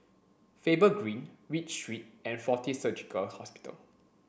Faber Green Read Street and Fortis Surgical Hospital